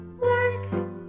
work